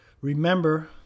Remember